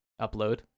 upload